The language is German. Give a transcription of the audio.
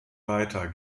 weiter